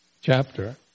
chapter